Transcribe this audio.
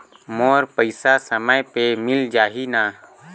मोर पइसा समय पे मिल जाही न?